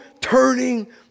turning